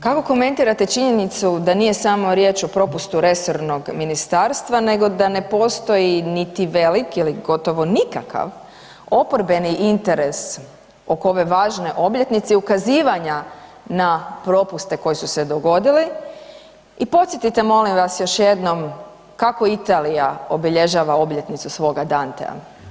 Kako komentirate činjenicu da nije samo riječ o propustu resornog ministarstva, niti da ne postoji niti velik ili gotovo nikakav oporbeni interes oko ove važne obljetnice i ukazivanja na propuste koji su se dogodili i podsjetite molim vas još jednom kako Italija obilježava obljetnicu svoga Dantea.